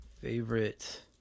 favorite